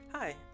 Hi